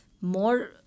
more